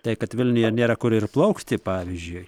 tai kad vilniuje nėra kur ir plaukti pavyzdžiui